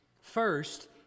First